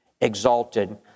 exalted